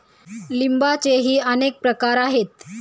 लिंबाचेही अनेक प्रकार आहेत